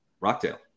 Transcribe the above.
rockdale